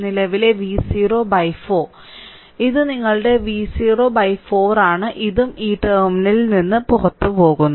നിലവിലെ V0 4 ഇത് നിങ്ങളുടെ V0 4 ആണ് ഇതും ഈ ടെർമിനലിൽ നിന്ന് പുറത്തുപോകുന്നു